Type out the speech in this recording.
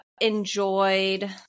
enjoyed